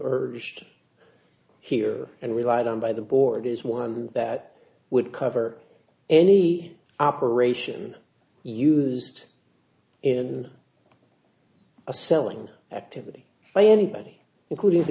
urged here and relied on by the board is one that would cover any operation used in a selling that by anybody including the